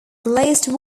glazed